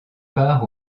part